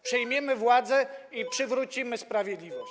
Przejmiemy władzę i przywrócimy sprawiedliwość.